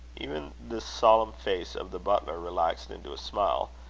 even the solemn face of the butler relaxed into a smile,